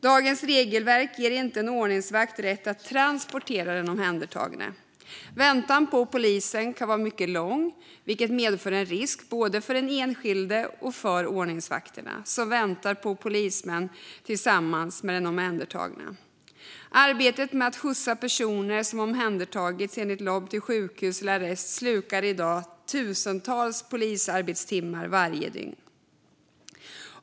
Dagens regelverk ger inte en ordningsvakt rätt att transportera den omhändertagne. Väntan på polisen kan vara mycket lång, vilket medför en risk både för den enskilde och för de ordningsvakter som väntar på polismän tillsammans med den omhändertagne. Arbetet med att skjutsa personer som omhändertagits enligt LOB till sjukhus eller arrest slukar i dag tusentals polisarbetstimmar varje dygn.